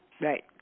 Right